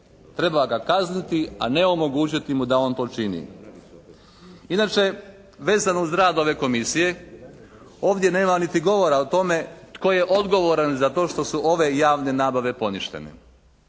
Treba ga kazniti a ne omogućiti mu da on to čini. Inače vezano uz rad ove Komisije ovdje nema niti govora o tome tko je odgovoran za to što su ove javne nabave poništene.